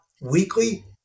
weekly